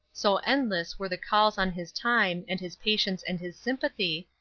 so endless were the calls on his time and his patience and his sympathy,